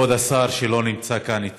כבוד השר, שלא נמצא כאן איתנו,